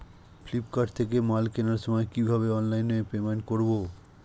Flipkart থেকে মাল কেনার সময় কিভাবে অনলাইনে পেমেন্ট করব?